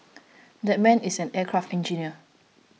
that man is an aircraft engineer